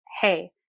Hey